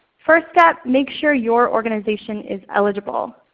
first step, make sure your organization is eligible.